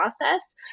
process